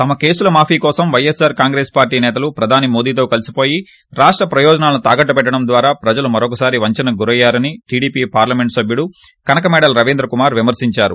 తమ కేసుల మాపీ కోసం ప్రైఎస్సార్ కాంగ్రెస్ పార్టీ నేతలు ప్రధాని మోదీతో కలిసిపోయి రాష్ట్ర ప్రయోజనాలను తాకట్టు పెట్టడం ద్వారా ప్రజలు మరొకసారి వంచనకు గురయ్యారని టీడిపో పార్డమెంట్ సబ్బుడు కనకమేడల రవీంద్రకుమార్ విమర్పించారు